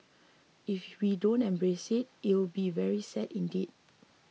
if we don't embrace it it'll be very sad indeed